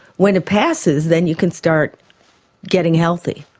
when it passes then you can start getting healthy.